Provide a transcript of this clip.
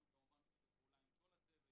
ואנחנו כמובן בשיתוף פעולה עם כל הצוות,